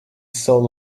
soul